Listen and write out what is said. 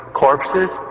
Corpses